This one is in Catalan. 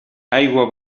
aigua